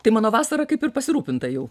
tai mano vasara kaip ir pasirūpinta jau